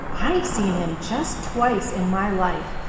i've seen him just twice in my life,